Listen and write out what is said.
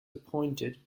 appointed